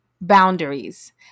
boundaries